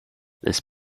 this